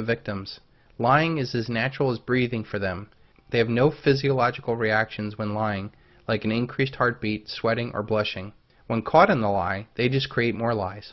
the victims lying is as natural as breathing for them they have no physiological reactions when lying like an increased heartbeat sweating or blushing when caught in the lie they just create more lies